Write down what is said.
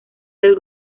del